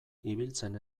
ibiltzen